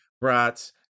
brats